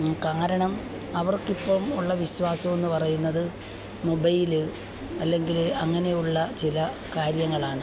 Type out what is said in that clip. കാരണം അവർക്ക് ഇപ്പം ഉള്ള വിശ്വാസം എന്ന് പറയുന്നത് മൊബൈല് അല്ലെങ്കിൽ അങ്ങനെയുള്ള ചില കാര്യങ്ങളാണ്